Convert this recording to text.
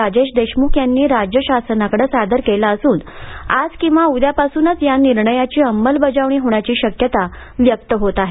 राजेश देशमुख यांनी राज्य शासनाकडं सादर केला असून आज किंवा उद्यापासूनच या निर्णयाची अंमलबजावणी होण्याची शक्यता व्यक्त होत आहे